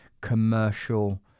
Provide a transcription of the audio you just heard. commercial